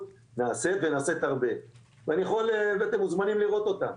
נעשית ונעשית הרבה ואתם מוזמנים לראות אותה,